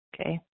okay